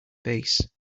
base